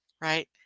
right